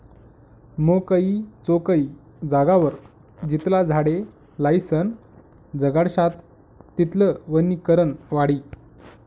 मोकयी चोकयी जागावर जितला झाडे लायीसन जगाडश्यात तितलं वनीकरण वाढी